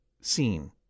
seen